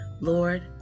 Lord